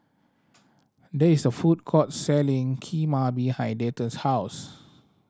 there is a food court selling Kheema behind Dayton's house